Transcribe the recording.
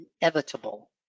inevitable